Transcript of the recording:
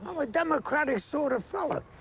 i'm a democratic sort of fellow.